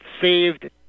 saved